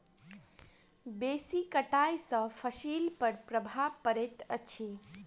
बेसी कटाई सॅ फसिल पर प्रभाव पड़ैत अछि